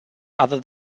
other